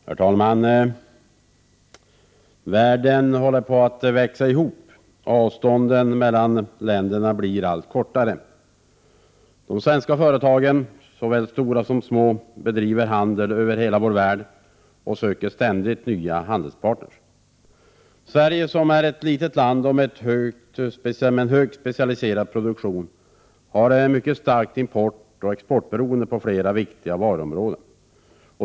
Herr talman! Världen håller på att växa ihop. Avstånden mellan olika länder blir allt kortare. De svenska företagen, såväl stora som små, bedriver handel över hela världen och söker ständigt nya handelspartner. Sverige, som är ett litet land med högt specialiserad produktion, har ett mycket starkt importoch exportberoende på flera viktiga varuområden.